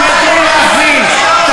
תלמדו להבין מה זה הדמוקרטיה, תלמדו להבין.